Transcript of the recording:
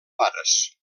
pares